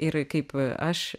ir kaip aš